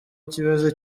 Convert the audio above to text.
ikibazo